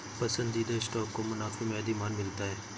पसंदीदा स्टॉक को मुनाफे में अधिमान मिलता है